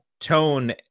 tone